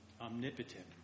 omnipotent